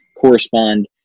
correspond